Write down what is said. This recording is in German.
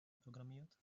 programmiert